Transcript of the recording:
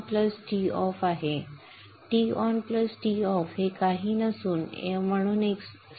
Ton Toff हे काही नसून एकूण स्विच इन पीरियड आहे